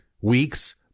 weeks